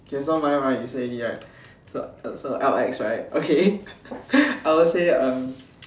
okay so mine mine you say already right so so so L_X right okay I will say uh